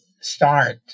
start